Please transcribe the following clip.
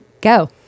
Go